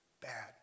Bad